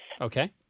Okay